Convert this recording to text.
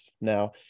now